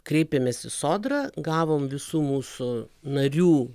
kreipėmės į sodrą gavom visų mūsų narių